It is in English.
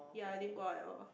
ya I didn't go out at all